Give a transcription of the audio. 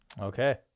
Okay